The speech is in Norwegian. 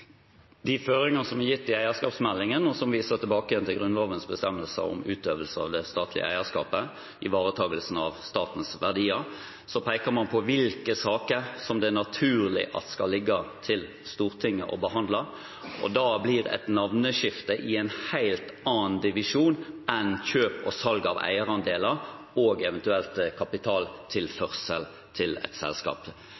de føringer som er gitt i eierskapsmeldingen, og som viser tilbake igjen til Grunnlovens bestemmelser om utøvelse av det statlige eierskapet, ivaretakelsen av statens verdier, peker man på hvilke saker det er naturlig skal ligge til Stortinget å behandle. Da blir et navneskifte i en helt annen divisjon enn kjøp og salg av eierandeler og eventuelt kapitaltilførsel til